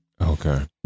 Okay